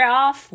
off